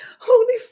holy